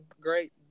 great